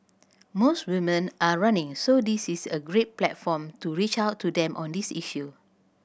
mores women are running so this is a great platform to reach out to them on this issue